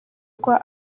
rwa